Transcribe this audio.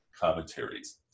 commentaries